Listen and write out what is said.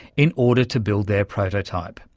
in order to build their prototype.